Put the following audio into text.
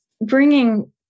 bringing